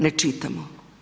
Ne čitamo.